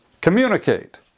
Communicate